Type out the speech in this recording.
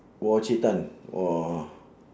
!wah! encik tan !wah!